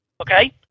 Okay